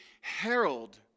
herald